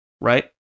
right